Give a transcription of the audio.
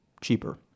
cheaper